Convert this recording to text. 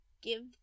give